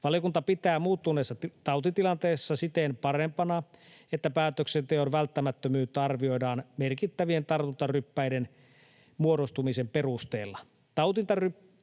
Valiokunta pitää muuttuneessa tautitilanteessa siten parempana, että päätöksenteon välttämättömyyttä arvioidaan merkittävien tartuntaryppäiden muodostumisen perusteella.